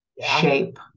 shape